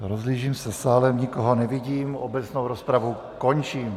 Rozhlížím se sálem, nikoho nevidím, obecnou rozpravu končím.